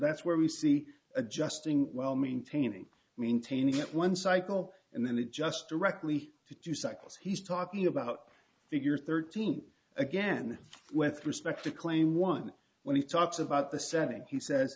that's where we see adjusting while maintaining maintaining that one cycle and then it just directly to two cycles he's talking about figure thirteen again with respect to claim one when he talks about the seven he sa